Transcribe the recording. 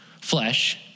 flesh